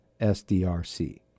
SDRC